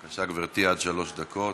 בבקשה, גברתי, עד שלוש דקות.